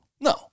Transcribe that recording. No